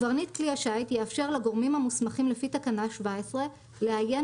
קברניט כלי השיט יאפשר לגורמים המוסמכים לפי תקנה 17 לעיין